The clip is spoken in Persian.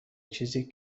چیزی